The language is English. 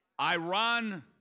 Iran